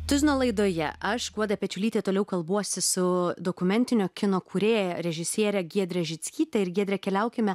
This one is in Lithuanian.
tuzino laidoje aš guoda pečiulytė toliau kalbuosi su dokumentinio kino kūrėja režisiere giedre žickyte ir giedre keliaukime